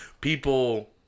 people